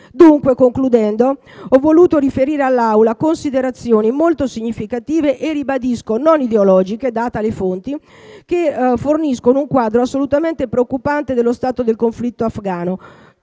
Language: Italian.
Concludendo ho voluto riferire all'Aula considerazioni molto significative e, ribadisco, non ideologiche, date le fonti, che forniscono un quadro assolutamente preoccupante dello stato del conflitto afgano.